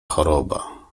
choroba